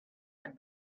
had